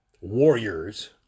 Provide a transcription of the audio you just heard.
warriors